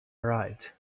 arrived